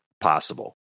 possible